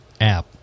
app